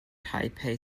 taipei